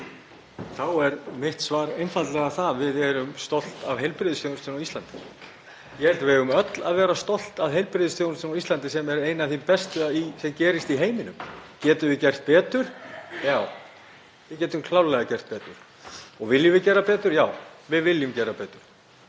Mitt svar er einfaldlega að við erum stolt af heilbrigðisþjónustunni á Íslandi. Ég held að við eigum öll að vera stolt af heilbrigðisþjónustunni á Íslandi sem er ein sú besta sem gerist í heiminum. Getum við gert betur? Já, við getum klárlega gert betur. Og viljum við gera betur? Já, við viljum gera betur.